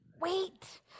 wait